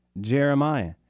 Jeremiah